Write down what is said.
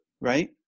Right